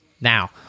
Now